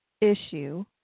issue